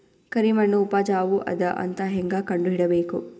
ಕರಿಮಣ್ಣು ಉಪಜಾವು ಅದ ಅಂತ ಹೇಂಗ ಕಂಡುಹಿಡಿಬೇಕು?